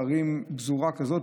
פזורה כזאת,